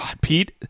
Pete